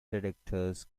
detectors